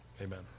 Amen